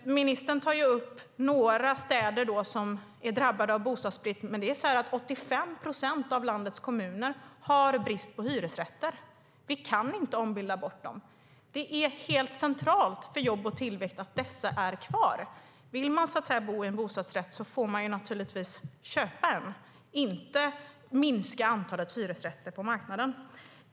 Ministern tar upp några städer som är drabbade av bostadsbrist, men 85 procent av landets kommuner har brist på hyresrätter. Vi kan inte ombilda bort dem. Det är helt centralt för jobb och tillväxt att dessa är kvar. Vill man bo i en bostadsrätt får man naturligtvis köpa en, inte minska antalet hyresrätter på marknaden.